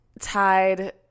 tied